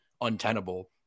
untenable